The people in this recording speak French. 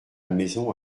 maison